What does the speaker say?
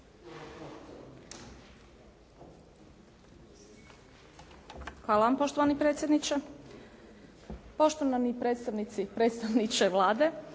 Hvala vam poštovani predsjedniče. Poštovani predstavnici i predstavniče Vlade,